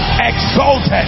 exalted